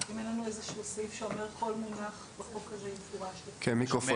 אם אין לנו איזשהו סעיף שאומר כל מונח בחוק הזה יפורש לפי חוק זה וזה.